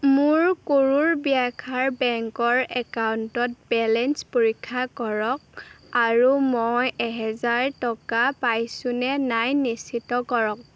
মোৰ কুৰুৰ ব্যাঘাৰ বেংকৰ একাউণ্টৰ বেলেঞ্চ পৰীক্ষা কৰক আৰু মই এহেজাৰ টকা পাইছোঁ নে নাই নিশ্চিত কৰক